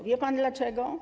Wie pan dlaczego?